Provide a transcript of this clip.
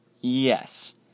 Yes